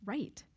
Right